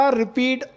repeat